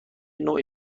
نوع